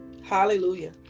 Hallelujah